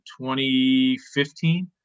2015